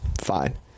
fine